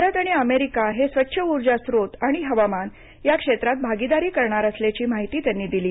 भारत आणि अमेरिका हे स्वच्छ ऊर्जा स्त्रोत आणि हवामान या क्षेत्रात भागीदारी करणार असल्याची माहिती त्यांनी दिली